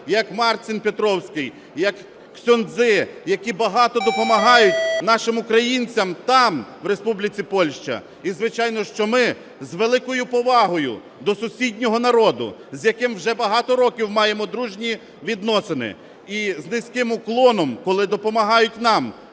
як Марчін Петровський, як ксьондзи, які багато допомагають нашим українцям там, в Республіці Польща. І, звичайно, що ми з великою повагою до сусіднього народу, з яким вже багато років маємо дружні відносини, і з низьким уклоном, коли допомагають нам